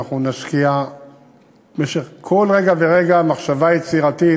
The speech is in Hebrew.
נשקיע בכל רגע ורגע מחשבה יצירתית